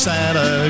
Santa